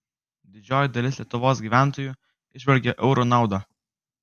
didžioji dalis lietuvos gyventojų įžvelgia euro naudą